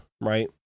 right